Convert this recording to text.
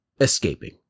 escaping